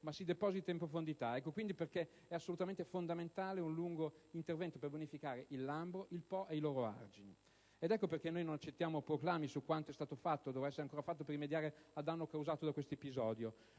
ma si deposita in profondità. Ecco quindi perché è assolutamente fondamentale un lungo intervento per bonificare il Lambro, il Po e i loro argini. Ed ecco perché noi non accettiamo proclami su quanto è stato fatto o dovrà ancora essere fatto per rimediare al danno causato da questo episodio.